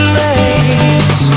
late